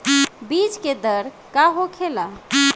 बीज के दर का होखेला?